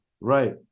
Right